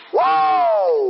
Whoa